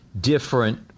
different